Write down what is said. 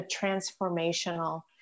transformational